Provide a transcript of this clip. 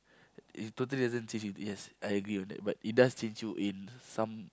it totally doesn't change you yes I agree on that but it does change you in some